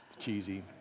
cheesy